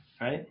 right